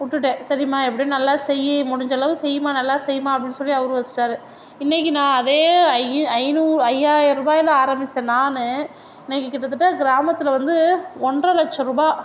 விட்டுட்டேன் சரிம்மா எப்படியும் நல்லா செய் முடிஞ்சளவு செய்மா நல்லா செய்மா அப்படின்னு சொல்லி அவரும் வச்சிட்டார் இன்னைக்கு நான் அதே ஐநூறு ஐயாயிரூவால ஆரமிச்ச நான் இன்னைக்கு கிட்டத்தட்ட கிராமத்தில் வந்து ஒன்னற லட்சரூவா